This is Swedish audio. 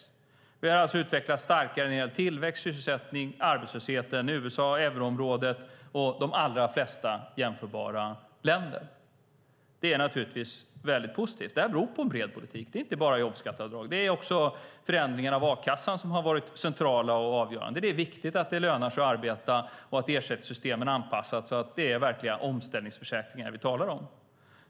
Sverige har alltså utvecklats starkare när det gäller tillväxt, sysselsättning och arbetslöshet än USA, euroområdet och de allra flesta jämförbara länder. Detta är naturligtvis väldigt positivt. Det beror på en bred politik. Det gäller då inte bara jobbskatteavdrag. Också förändringarna av a-kassan har varit centrala och avgörande. Det är viktigt att det lönar sig att arbeta och att ersättningssystemen anpassats så att det är verkliga omställningsförsäkringar vi talar om.